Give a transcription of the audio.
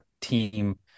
team